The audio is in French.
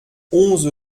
onze